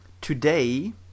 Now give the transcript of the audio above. today